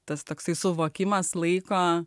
tas toks suvokimas laiko